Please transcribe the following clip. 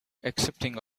accepting